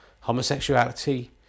homosexuality